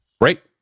Right